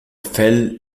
fell